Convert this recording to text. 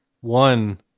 one